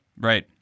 Right